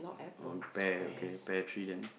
oh pear okay pear tree then